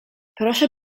proszę